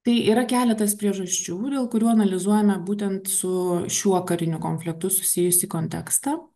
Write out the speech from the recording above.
tai yra keletas priežasčių dėl kurių analizuojame būtent su šiuo kariniu konfliktu susijusį kontekstą